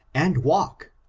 and walk.